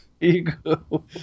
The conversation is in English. Ego